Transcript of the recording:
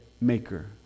maker